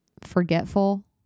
forgetful